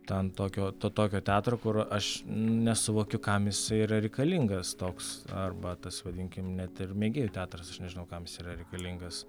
ten tokio to tokio teatro kur aš nesuvokiu kam jisai yra reikalingas toks arba tas vadinkim net ir mėgėjų teatras nežinau kam jis yra reikalingas